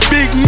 Big